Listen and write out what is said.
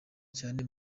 cyane